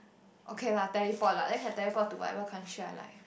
okay lah teleport lah then have teleport to whatever country I like